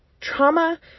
Trauma